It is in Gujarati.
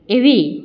એવી